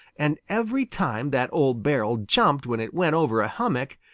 and every time that old barrel jumped when it went over a hummock,